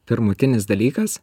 pirmutinis dalykas